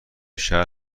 شهر